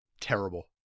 Terrible